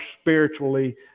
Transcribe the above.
spiritually